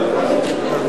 חברות